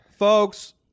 Folks